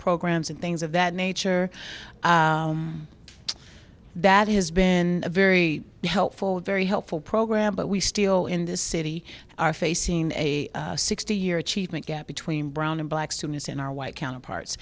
programs and things of that nature that has been very helpful very helpful program but we still in this city are facing a sixty year achievement gap between brown and black students in our white counterparts